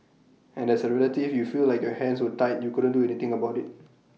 and as A relative you feel like your hands were tied you couldn't do anything about IT